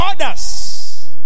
Others